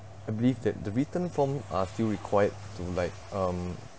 I believe that the written form are still required to like um